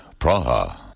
Praha